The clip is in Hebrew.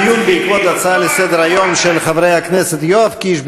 דיון בעקבות הצעות לסדר-היום של חברי הכנסת יואב קיש,